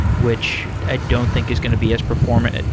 which i don't think is going to be as performant.